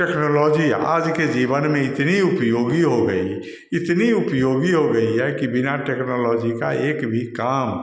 technology आज के जीवन में इतनी उपयोगी हो गई इतनी उपयोगी हो गई है कि बिना टेक्नोलॉजी का एक भी काम